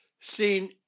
seen